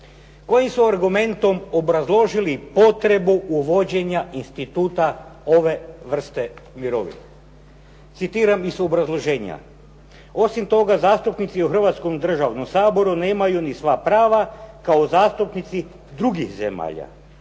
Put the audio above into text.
Kojim su argumentom obrazložili potrebu uvođenja instituta ove vrste mirovina? Citiram iz obrazloženja. "Osim toga zastupnici u Hrvatskom državnom saboru nemaju ni sva prava kao zastupnici drugih zemalja,